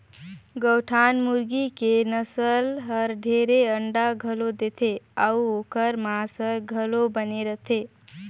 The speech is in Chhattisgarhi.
कयोठन मुरगी के नसल हर ढेरे अंडा घलो देथे अउ ओखर मांस हर घलो बने रथे